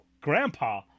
Grandpa